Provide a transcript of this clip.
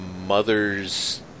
mother's